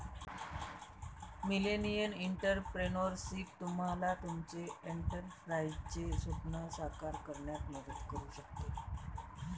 millennial entrepreneurship तुम्हाला तुमचे एंटरप्राइझचे स्वप्न साकार करण्यात मदत करू शकते